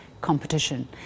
competition